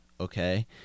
okay